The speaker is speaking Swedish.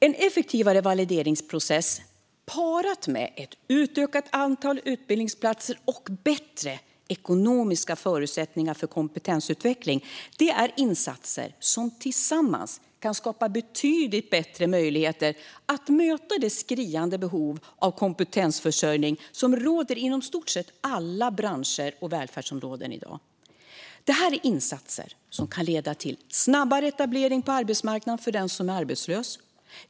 En effektivare valideringsprocess parat med ett utökat antal utbildningsplatser och bättre ekonomiska förutsättningar för kompetensutveckling är insatser som tillsammans kan skapa betydligt bättre möjligheter att möta det skriande behov av kompetensförsörjning som finns inom i stort sett alla branscher och välfärdsområden. Det är insatser som kan leda till snabbare etablering på arbetsmarknaden för den som är arbetslös.